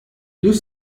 deux